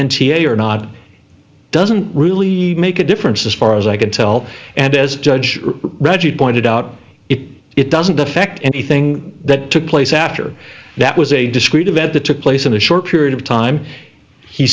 a or not doesn't really make a difference as far as i can tell and as judge reggie pointed out it it doesn't affect anything that took place after that was a discrete event that took place in a short period of time